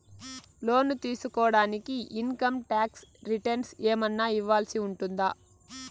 లోను తీసుకోడానికి income tax returns ఏమన్నా ఇవ్వాల్సి ఉంటుందా